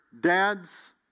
dad's